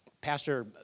Pastor